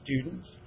students